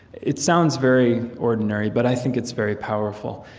it sounds very ordinary, but i think it's very powerful.